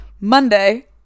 Monday